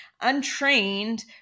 untrained